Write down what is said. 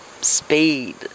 speed